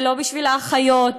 ולא בשביל האחיות,